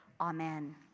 amen